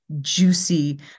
juicy